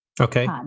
Okay